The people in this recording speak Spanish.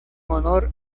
honor